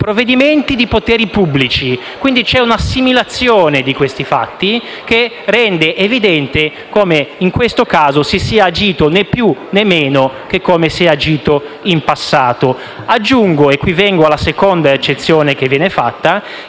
provvedimenti di poteri pubblici. Quindi, c'è una assimilazione di questi fatti che rende evidente come nel caso specifico si sia agito né più né meno che come si è agito in passato. Aggiungo - e qui vengo alla seconda eccezione che viene